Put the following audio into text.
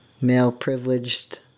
male-privileged